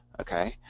okay